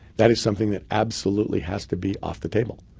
that is something that absolutely has to be off the table.